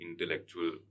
intellectual